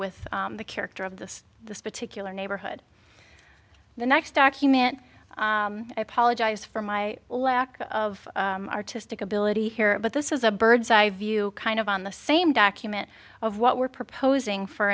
with the character of this this particular neighborhood the next document apologize for my lack of artistic ability here but this is a bird's eye view kind of on the same document of what we're proposing for